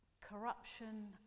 corruption